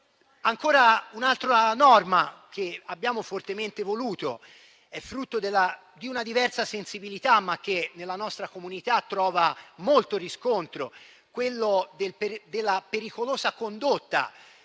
Un'altra norma che abbiamo fortemente voluto è frutto di una diversa sensibilità, che nella nostra comunità trova molto riscontro: la pericolosa condotta